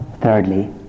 thirdly